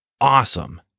awesome